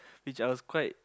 which I was quite